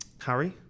Harry